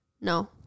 No